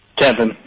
Kevin